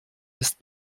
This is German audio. ist